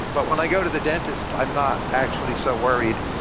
but when i go to the dentist, i'm not actually so worried.